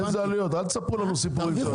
אל תספרו לנו סיפורים של